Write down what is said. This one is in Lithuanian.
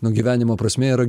nu gyvenimo prasmė yra